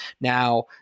Now